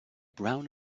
brown